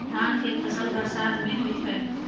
धान के फसल बरसात में होय छै?